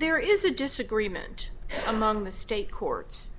there is a disagreement among the state courts